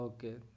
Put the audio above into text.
Okay